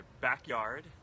backyard